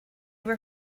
were